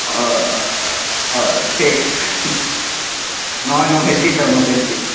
শ্বেইখ নহয় নভেল্টিত যাওঁ নভেল্টি